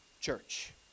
church